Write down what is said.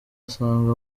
asanga